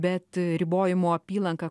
bet ribojimų apylanka